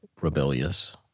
rebellious